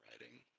writing